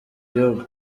gihugu